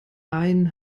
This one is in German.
einen